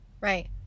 right